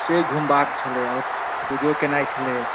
से घुमबाक छलै आओर पूजो केनाइ छलै